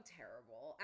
terrible